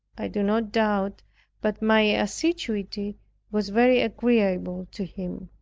i do not doubt but my assiduity was very agreeable to him.